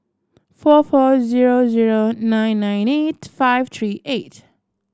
four four zero zero nine nine eight five three eight